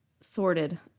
sorted